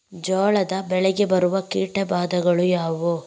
ಜೋಳದ ಬೆಳೆಗೆ ಬರುವ ಕೀಟಬಾಧೆಗಳು ಯಾವುವು?